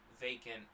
vacant